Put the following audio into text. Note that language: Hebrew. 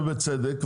ובצדק,